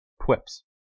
quips